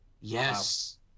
Yes